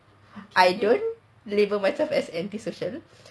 I don't label myself as antisocial